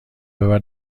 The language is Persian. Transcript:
ببر